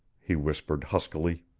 he whispered huskily.